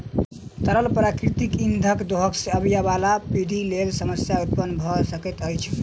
तरल प्राकृतिक इंधनक दोहन सॅ आबयबाला पीढ़ीक लेल समस्या उत्पन्न भ सकैत अछि